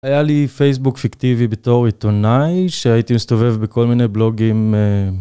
היה לי פייסבוק פיקטיבי בתור עיתונאי שהייתי מסתובב בכל מיני בלוגים.